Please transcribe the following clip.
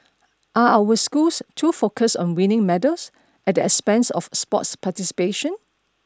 are our we schools too focused on winning medals at the expense of sports participation